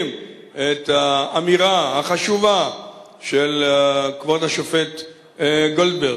את האמירה החשובה של כבוד השופט גולדברג: